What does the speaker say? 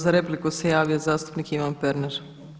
Za repliku se javio zastupnik Ivan Pernar.